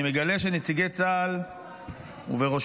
אני מגלה שנציגי צה"ל ובראשם,